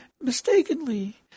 mistakenly